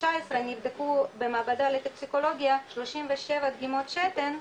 נבדקו במעבדה לטוקסיקולוגיה 37 דגימות שתן,